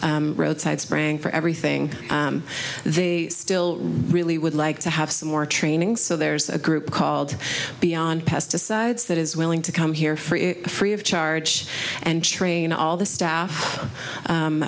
their roadside spraying for everything they still really would like to have some more training so there's a group called beyond pesticides that is willing to come here for free of charge and train all the staff